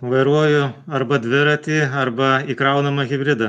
vairuoju arba dviratį arba įkraunamą hibridą